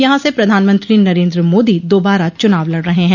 यहां से प्रधानमंत्री नरेन्द्र मोदी दोबारा चुनाव लड़ रहे हैं